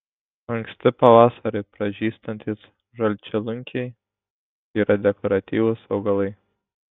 anksti pavasarį pražystantys žalčialunkiai yra dekoratyvūs augalai